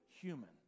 human